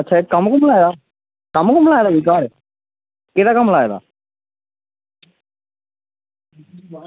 कम्म कन्नै कम्म करने ई आये घर केह्दा कम्म लाये दा